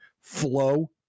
flow